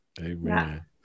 Amen